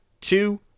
two